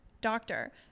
doctor